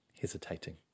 hesitating